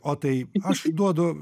o tai aš duodu